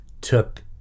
took